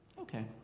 okay